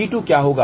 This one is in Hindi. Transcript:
P2 क्या होगा